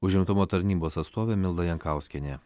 užimtumo tarnybos atstovė milda jankauskienė